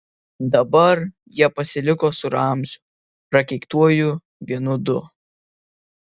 dabar jie pasiliko su ramziu prakeiktuoju vienu du